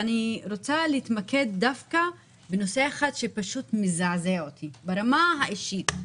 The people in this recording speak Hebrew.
ואני רוצה להתמקד דווקא בנושא אחד שפשוט מזעזע אותי ברמה האישית,